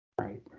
Right